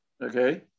Okay